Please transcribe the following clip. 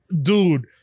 dude